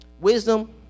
wisdom